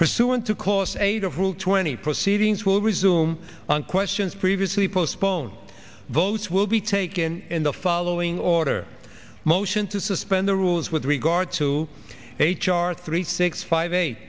pursuant to course eight of rule twenty proceedings will resume on questions previously postpone votes will be taken in the following order motions to suspend the rules with regard to h r three six five eight